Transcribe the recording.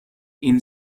این